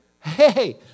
Hey